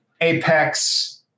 Apex